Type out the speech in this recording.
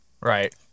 Right